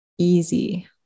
Easy